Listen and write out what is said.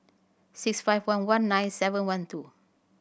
six five one one nine seven one two